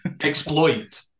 exploit